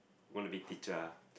wanna be teacher ah